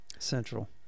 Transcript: Central